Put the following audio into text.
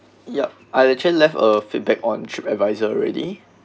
yup I actually left a feedback on Trip Advisor already